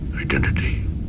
identity